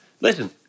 listen